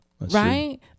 right